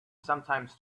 sometimes